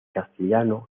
castellano